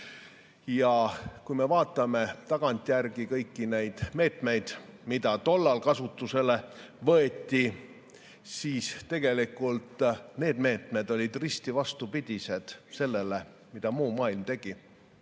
Ja kui me vaatame tagantjärgi kõiki neid meetmeid, mida tol ajal kasutusele võeti, siis tegelikult need meetmed olid risti vastupidised sellele, mida muu maailm tegi.